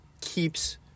keeps